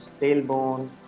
tailbone